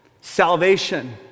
salvation